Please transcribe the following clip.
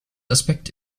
aspekt